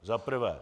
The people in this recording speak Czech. Za prvé.